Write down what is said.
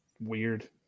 Weird